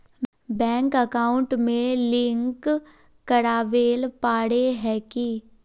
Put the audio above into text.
Bank account में link करावेल पारे है की?